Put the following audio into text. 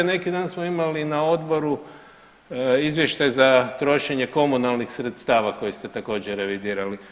Neki dan smo imali na odboru izvještaj za trošenje komunalnih sredstava koje ste također revidirali.